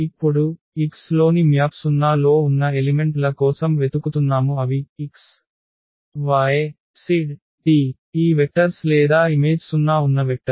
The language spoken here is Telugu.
ఇప్పుడు x లోని మ్యాప్ 0 లో ఉన్న ఎలిమెంట్ ల కోసం వెతుకుతున్నాము అవి x y z t ఈ వెక్టర్స్ లేదా ఇమేజ్ 0 ఉన్న వెక్టర్స్